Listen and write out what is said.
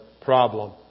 problem